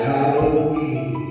Halloween